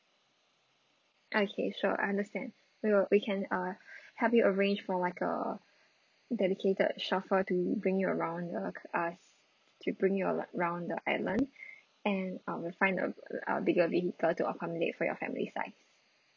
okay sure I understand we will we can uh help you arrange for like a dedicated chauffeur to bring you around the to bring you around the island and I will find a uh bigger vehicle to accommodate for your family size